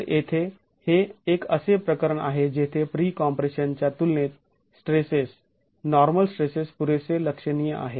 तर येथे हे एक असे प्रकरण आहे जेथे प्री कॉम्प्रेशन च्या तुलनेत स्ट्रेसेस नॉर्मल स्ट्रेसेस पुरेसे लक्षणीय आहेत